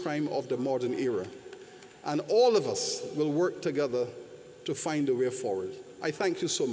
crime of the modern era and all of us will work together to find a way forward i thank you so